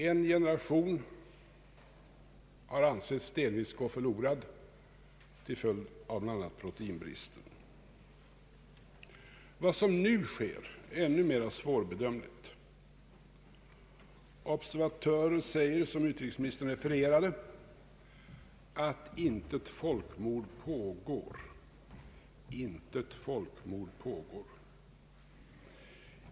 En generation har ansetts gå delvis förlorad till följd av bl.a. proteinbrist. Vad som nu sker är ännu mera svårbedömligt. Observatörer säger — såsom utrikesministern refererat — att intet folkmord pågår.